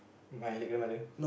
my late grandmother